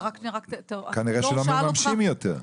כנראה שלא מממשים יותר.